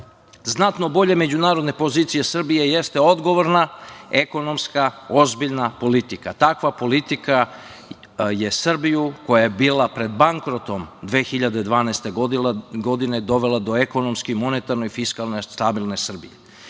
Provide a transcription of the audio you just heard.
znatno bolje međunarodne pozicije Srbije jeste odgovorna ekonomska, ozbiljna politika. Takva politika je Srbiju, koja je bila pred bankrotom 2012. godine, dovela do ekonomski monetarne fiskalne i stabilne Srbije.